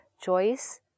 choice